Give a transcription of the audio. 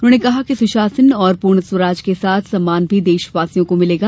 उन्होंने कहा कि सुशासन और पूर्ण स्वराज के साथ सम्मान भी देशवासियों को मिलेगा